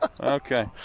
Okay